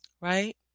Right